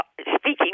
speaking